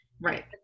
right